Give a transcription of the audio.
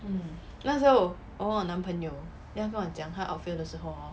那时候我问我男朋友 then 他跟我讲他 outfield 的时候 orh